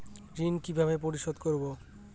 ঋণ কিভাবে পরিশোধ করব?